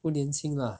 不年轻 lah